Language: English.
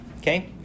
Okay